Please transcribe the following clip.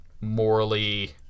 morally